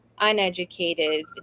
uneducated